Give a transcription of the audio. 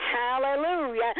Hallelujah